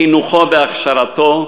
חינוכו והכשרתו,